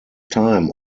time